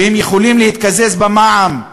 שיכולים להתקזז במע"מ,